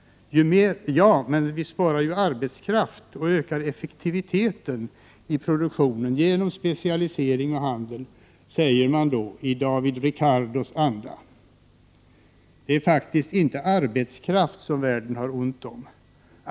Ja, men vi sparar arbetskraft och ökar effektiviteten i produktionen genom specialisering och handel, säger man då i David Ricardos anda. Ja, men det är faktiskt inte arbetskraft som världen har ont om.